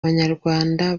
abanyarwanda